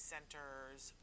Center's